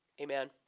Amen